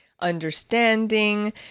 understanding